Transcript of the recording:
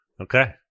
Okay